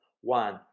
One